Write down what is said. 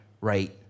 right